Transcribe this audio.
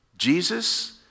Jesus